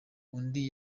undi